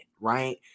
right